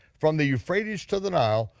from the euphrates to the nile,